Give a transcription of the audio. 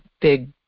big